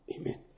Amen